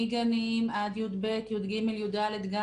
מגנים עד י"ב, י"ג, י"ד גם